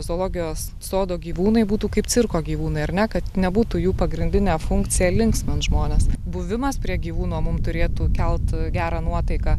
zoologijos sodo gyvūnai būtų kaip cirko gyvūnai ar ne kad nebūtų jų pagrindinė funkcija linksmint žmones buvimas prie gyvūno mum turėtų kelt gerą nuotaiką